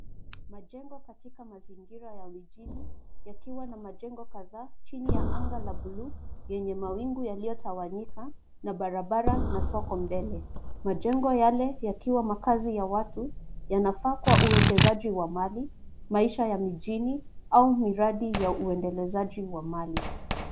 Majengo katila mazingira ya mijini yakiwa na majengo kadhaa chini ya anga la buluu yenye mawingu yaliyotawanyika na barabara na soko mbele. Majengo yale yakiwa makazi ya watu yanafaa kuwa uwekezaji wa mali, maisha ya mijini au miradi ya uendelezaji wa mali.